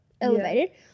elevated